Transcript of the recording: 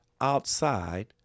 outside